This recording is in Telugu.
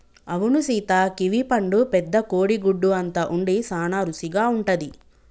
అవును సీత కివీ పండు పెద్ద కోడి గుడ్డు అంత ఉండి సాన రుసిగా ఉంటది